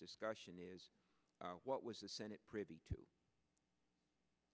discussion is what was the senate privy to